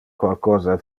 qualcosa